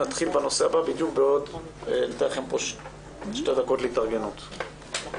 הישיבה ננעלה בשעה 12:05.